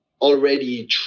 already